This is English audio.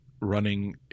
running